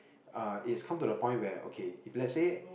uh is come to a point where okay if let's say